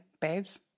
babes